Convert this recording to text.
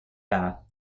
bath